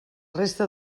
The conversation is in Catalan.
resta